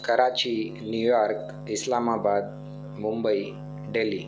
Karachi New York Islamabad Mumbai Delhi